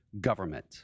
government